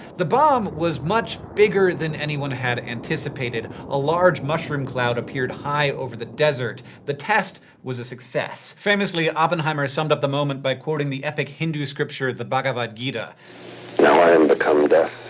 the bomb was much bigger than anyone had anticipated. a large mushroom cloud appeared high over the desert. the test was a success. famously, oppenheimer summed up the moment by quoting the epic hindu scripture, the bhagavad gita so i am become death,